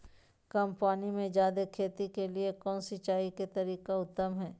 कम पानी में जयादे खेती के लिए कौन सिंचाई के तरीका उत्तम है?